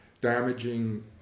damaging